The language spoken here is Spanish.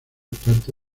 parte